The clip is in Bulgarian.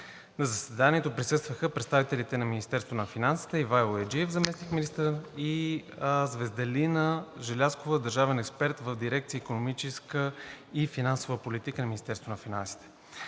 На заседанието присъстваха представителите на Министерството на финансите – Ивайло Яйджиев – заместник-министър, и Звезделина Желязкова – държавен експерт в дирекция „Икономическа и финансова политика“ на Министерството на финансите.